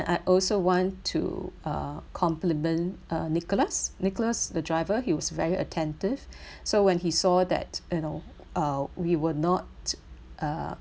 I also want to uh compliment uh nicholas nicholas the driver he was very attentive so when he saw that you know uh we were not uh